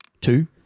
Two